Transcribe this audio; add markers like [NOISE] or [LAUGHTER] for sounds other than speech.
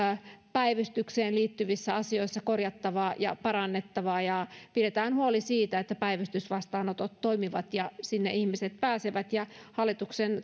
päivystykseen liittyvissä asioissa myös korjattavaa ja parannettavaa pidetään huoli siitä että päivystysvastaanotot toimivat ja sinne ihmiset pääsevät hallituksen [UNINTELLIGIBLE]